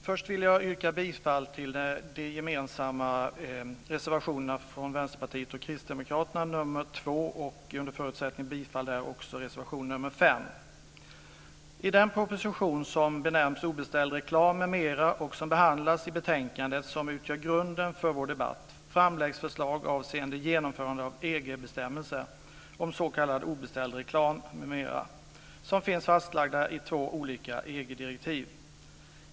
Först vill jag yrka bifall till de gemensamma reservationerna från Vänsterpartiet och I propositionen Obeställd reklam m.m. som behandlas i betänkandet, som utgör grunden för vår debatt framläggs förslag avseende genomförande av EG-bestämmelser om s.k. obeställd reklam m.m. som finns fastlagda i två olika EG-direktiv.